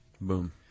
Boom